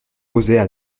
causaient